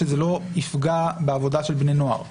שזה לא יפגע בעבודה של בני נוער.